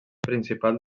principal